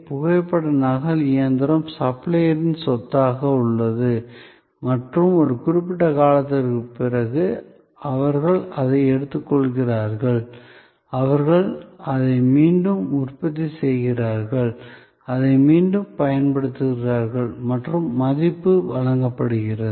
புகைப்பட நகல் இயந்திரம் சப்ளையரின் சொத்தாக உள்ளது மற்றும் ஒரு குறிப்பிட்ட காலத்திற்குப் பிறகு அவர்கள் அதை எடுத்துக்கொள்கிறார்கள் அவர்கள் அதை மீண்டும் உற்பத்தி செய்கிறார்கள் அதை மீண்டும் பயன்படுத்துகிறார்கள் மற்றும் மதிப்பு வழங்கப்படுகிறது